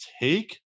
take